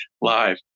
live